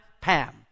pam